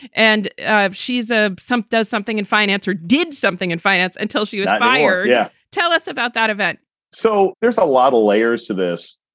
and she's a summer does something in finance financer, did something in finance until she was fired. yeah. tell us about that event so. there's a lot of layers to this.